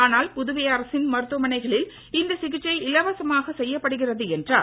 ஆனால் புதுவை அரசின் மருத்துவமனைகளில் இந்த சிகிச்சை இலவசமாக செய்யப்படுகிறது என்றார்